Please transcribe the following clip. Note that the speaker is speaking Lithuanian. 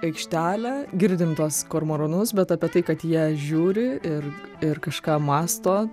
aikštelę girdim tuos kormoranus bet apie tai kad jie žiūri ir ir kažką mąsto